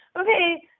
Okay